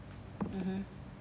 mmhmm